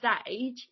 stage